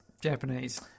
Japanese